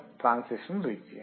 transition region